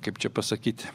kaip čia pasakyt